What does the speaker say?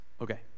Okay